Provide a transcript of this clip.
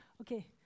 Okay